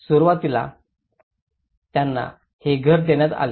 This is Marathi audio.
सुरुवातीला त्यांना हे घर देण्यात आले